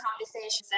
conversations